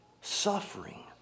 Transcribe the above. Suffering